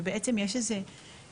ובעצם זה פרויקט